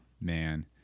Man